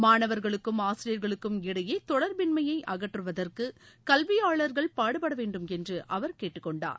மாணவர்களுக்கும் ஆசிரியர்களுக்கும் இடையே தொடர்பின்மையை அகற்றுவதற்கு கல்வியாளர்கள் பாடுபடவேண்டும் என்று அவர் கேட்டுக்கொண்டார்